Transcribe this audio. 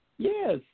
Yes